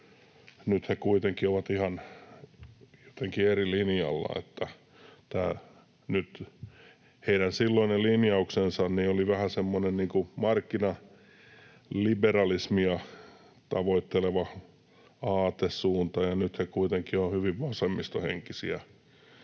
Nyt he kuitenkin ovat jotenkin ihan eri linjalla, eli heidän silloinen linjauksensa oli vähän semmoinen markkinaliberalismia tavoitteleva aatesuunta, ja nyt he kuitenkin ovat hyvin vasemmistohenkisiä